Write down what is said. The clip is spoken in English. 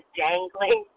dangling